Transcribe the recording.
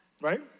Right